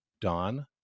dawn